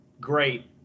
great